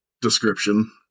description